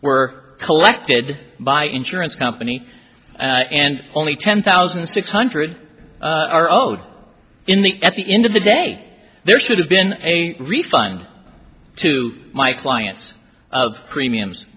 were collected by insurance company and only ten thousand six hundred are owed in the at the end of the day there should have been a refund to my clients of premiums